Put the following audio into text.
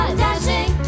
dashing